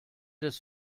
des